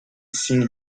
seen